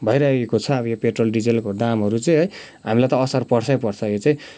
भइराखेको छ यो पेट्रोल डिजेलको दामहरू चाहिँ है हामीलाई त असर पर्छै पर्छ यो चाहिँ